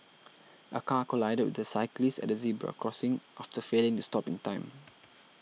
a car collided with a cyclist at a zebra crossing after failing to stop in time